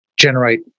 generate